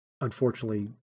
unfortunately